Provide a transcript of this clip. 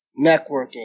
networking